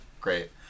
Great